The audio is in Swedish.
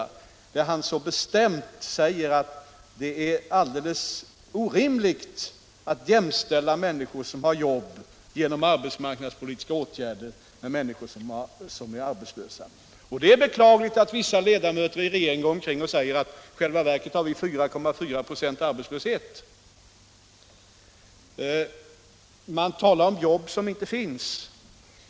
Jag tänker på att han så bestämt sade att det är alldeles orimligt att jämställa människor som har jobb genom arbetsmarknadspolitiska åtgärder med människor som är arbetslösa. Det är beklagligt att vissa ledamöter av regeringen går omkring och säger att vi i själva verket har 4,4 96 arbetslöshet. Man talar om ”jobb som inte finns”.